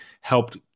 helped